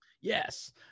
Yes